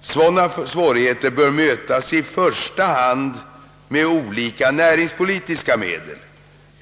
Sådana svårigheter bör mötas i första hand med olika näringspolitiska medel.